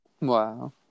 Wow